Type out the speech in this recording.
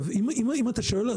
אם אתה שואל,